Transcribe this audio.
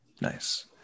Nice